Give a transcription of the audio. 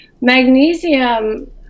magnesium